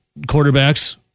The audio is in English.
quarterbacks